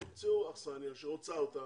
הם ימצאו אכסניה שרוצה אותם,